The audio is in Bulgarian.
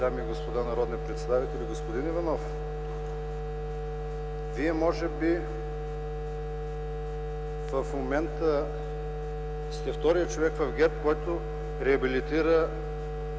дами и господа народни представители! Господин Иванов, Вие може би в момента сте вторият човек в ГЕРБ, който реабилитира